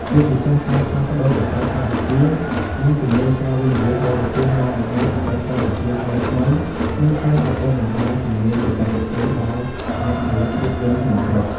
ជាពិសេសការផ្លាស់ប្តូរបច្ចេកវិទ្យា និងជំនាញការវិនិយោគបរទេសនាំមកនូវបច្ចេកវិទ្យាថ្មីៗ និងការបណ្តុះបណ្តាលជំនាញបច្ចេកទេសដល់អ្នកផលិតភាពយន្តក្នុងស្រុក។